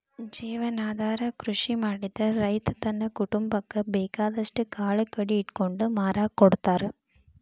ಜೇವನಾಧಾರ ಕೃಷಿ ಮಾಡಿದ್ರ ರೈತ ತನ್ನ ಕುಟುಂಬಕ್ಕ ಬೇಕಾದಷ್ಟ್ ಕಾಳು ಕಡಿ ಇಟ್ಕೊಂಡು ಮಾರಾಕ ಕೊಡ್ತಾರ